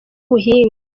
ubuhinga